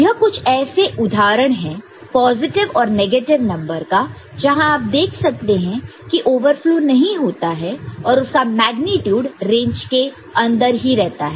यह कुछ ऐसे उदाहरण है पॉजिटिव और नेगेटिव नंबर का जहां आप देख सकते हैं की ओवरफ्लो नहीं होता है और उसका मेग्नीट्यूड रेंज के अंदर ही रहता है